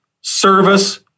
service